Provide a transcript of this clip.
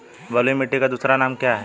बलुई मिट्टी का दूसरा नाम क्या है?